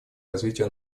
развитию